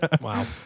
Wow